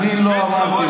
אני לא אמרתי את זה.